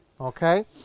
okay